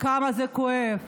כמה זה כואב.